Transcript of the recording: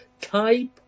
type